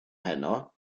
heno